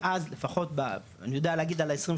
מאז לפחות אני יודע להגיד על ה-20,